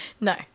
No